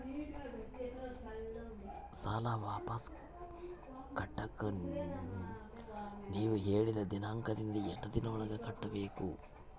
ಸಾಲ ವಾಪಸ್ ಕಟ್ಟಕ ನೇವು ಹೇಳಿದ ದಿನಾಂಕದಿಂದ ಎಷ್ಟು ದಿನದೊಳಗ ಕಟ್ಟಬೇಕು?